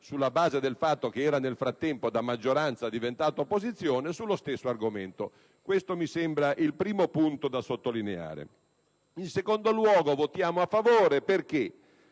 sulla base del fatto che nel frattempo da maggioranza è diventata opposizione sullo stesso argomento. Questo mi sembra il primo punto da sottolineare. In secondo luogo votiamo a favore perché